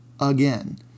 Again